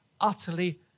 utterly